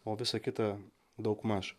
o visa kita daugmaž